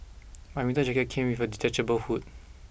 my winter jacket came with a detachable hood